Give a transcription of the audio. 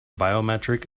biometric